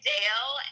Dale